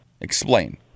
Explain